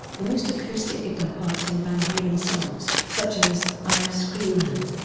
most acoustic guitar parts in van halen songs, such as ice cream man,